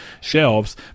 shelves